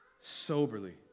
soberly